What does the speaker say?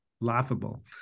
laughable